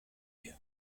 you